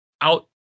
out